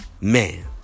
man